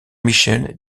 michel